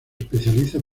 especializa